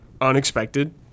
Unexpected